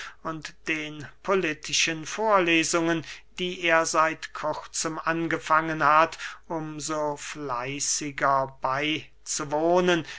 den politischen vorlesungen die er seit kurzem angefangen hat um so fleißiger beyzuwohnen